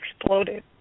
exploded